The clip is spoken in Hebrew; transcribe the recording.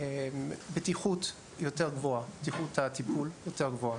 בטיחות הטיפול יותר גבוהה.